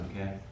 okay